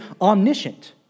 omniscient